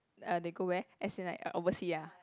uh they go where as in like uh oversea ah